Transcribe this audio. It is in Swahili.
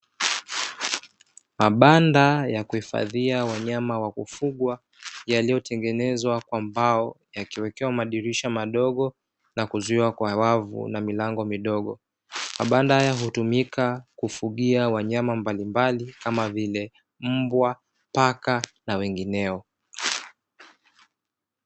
Mabanda ya kuhifadhia wanyama wa kufugwa yaliyotengenezwa kwa mbao, ya kiwekea madirisha madogo na kuzuiwa kwa wavu na milango midogo. Mabanda haya hutumika kufugia wanyama mbalimbali kama vile, mbwa, paka na wengineo.